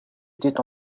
était